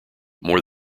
more